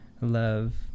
Love